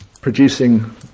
producing